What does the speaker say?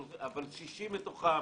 אבל קשישים בתוכם,